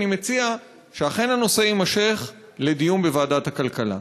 אני מציע שאכן הדיון בנושא יימשך בוועדת הכלכלה.